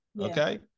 Okay